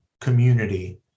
community